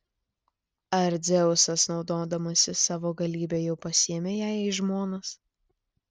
ar dzeusas naudodamasis savo galybe jau pasiėmė ją į žmonas